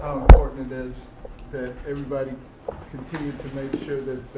important it is that everybody continue to make sure that